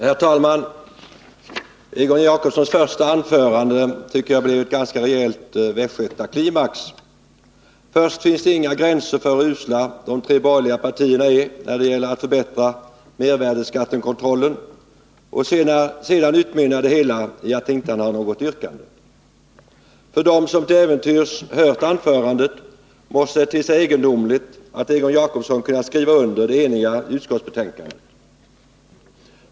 Herr talman! Egon Jacobssons första anförande tyckte jag blev en ganska rejäl västgötaklimax: först fanns det ingen gräns för hur usla de tre borgerliga partierna var när det gäller att förbättra mervärdeskattekontrollen — och sedan utmynnade anförandet i att han inte hade något yrkande. För dem som till äventyrs hört anförandet måste det te sig egendomligt att Egon Jacobsson kunnat skriva under det enhälliga utskottsbetänkandet.